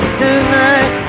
tonight